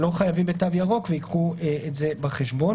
לא חייבים בתו ירוק ושייקחו את זה בחשבון,